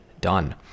done